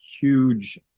huge